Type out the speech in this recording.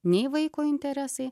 nei vaiko interesai